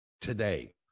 today